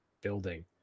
building